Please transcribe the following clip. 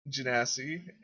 Janassi